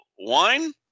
Wine